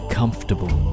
comfortable